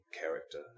character